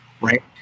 right